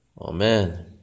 Amen